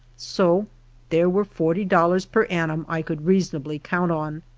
so there were forty dolhirs per annum i could reasonably count on.